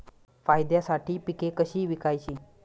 फायद्यासाठी पिके कशी विकायची?